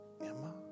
Emma